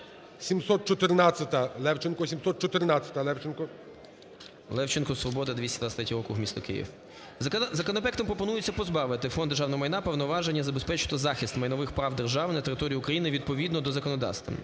714-а, Левченко. 13:52:58 ЛЕВЧЕНКО Ю.В. Левченко, "Свобода", 223 округ, місто Київ. Законопроектом пропонується позбавити Фонд державного майна повноважень і забезпечити захист майнових прав держави на території України відповідно до законодавства,